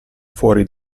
fuori